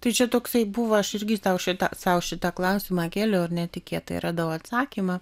tai čia toksai buvo aš irgi tau šitą sau šitą klausimą kėliau ir netikėtai radau atsakymą